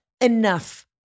enough